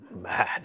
man